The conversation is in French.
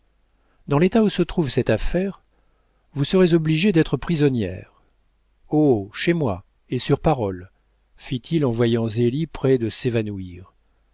dans l'état où se trouve cette affaire vous serez obligée d'être prisonnière oh chez moi et sur parole fit-il en voyant zélie près de s'évanouir